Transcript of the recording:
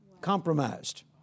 Compromised